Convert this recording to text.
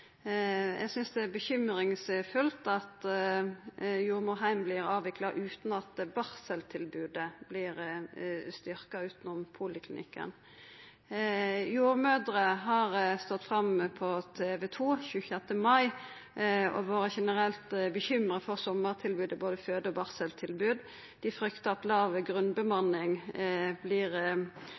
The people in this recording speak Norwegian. avvikla utan at barseltilbodet vert styrkt, utanom poliklinikken. Jordmødrer har stått fram på TV 2, 26. mai, og vore generelt bekymra for sommartilbodet, både føde- og barseltilbodet. Dei fryktar at låg grunnbemanning